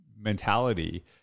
mentality